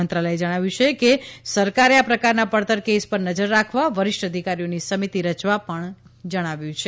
મંત્રાલયે જણાવ્યું છે કે સરકારે આ પ્રકારના પડતર કેસ પર નજર રાખવા વરિષ્ઠ અધિકારીઓની સમિતિ રચવા પણ જણાવ્યું છે